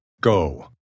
Go